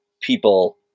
people